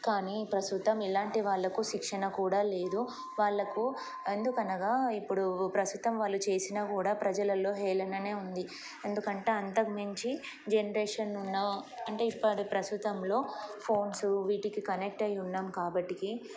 కానీ ప్రస్తుతం ఇలాంటి వాళ్ళకు శిక్షణ కూడా లేదు వాళ్లకు ఎందుకనగా ఇప్పుడు ప్రస్తుతం వాళ్ళు చేసినా కూడా ప్రజలల్లో హేలననే ఉంది ఎందుకంటే అంతకుమించి జనరేషన్ ఉన్న అంటే ఇప్పటి ప్రస్తుతంలో ఫోన్స్ వీటికి కనెక్ట్ అయి ఉన్నాం కాబట్టిక